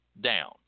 down